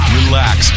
relax